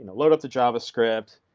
and load of the javascript,